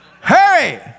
Hurry